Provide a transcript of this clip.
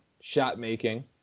shot-making